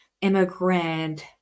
immigrant